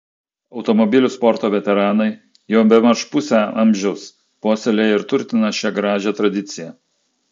automobilių sporto veteranai jau bemaž pusę amžiaus puoselėja ir turtina šią gražią tradiciją